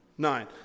Nine